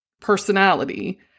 personality